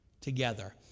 together